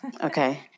Okay